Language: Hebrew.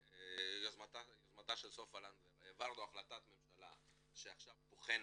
שביוזמתה של סופה לנדבר העברנו החלטת ממשלה שעכשיו בוחנת,